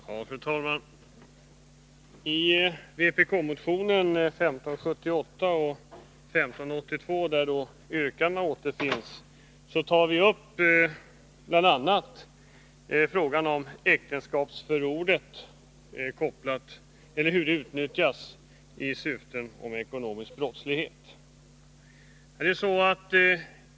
Fru talman! I vpk-motionen 1578, och i motion 1582, där yrkandena återfinns, tar vi bl.a. upp frågan om hur äktenskapsförord utnyttjas i syften som har med ekonomisk brottslighet att göra.